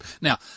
Now